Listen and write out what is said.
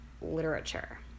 Literature